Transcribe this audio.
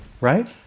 Right